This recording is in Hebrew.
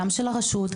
גם של הרשות,